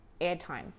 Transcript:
airtime